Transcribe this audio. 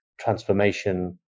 transformation